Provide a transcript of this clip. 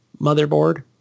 motherboard